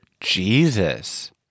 Jesus